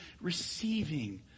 receiving